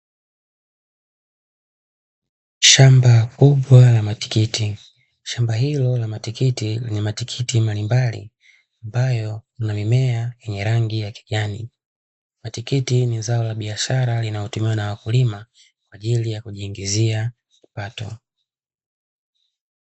Shamba kubwa la matikiti, shamba hilo la matikiti lina matikiti mbalimbali ambayo lina mimea yenye rangi ya kijani. Matikiti ni zao la biashara linalotumiwa na wakulima kwa ajili ya kujiingizia kipato.